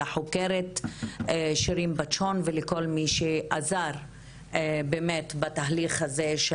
לחוקרת שירין בטשון ולכל מי שעזר בתהליך הזה של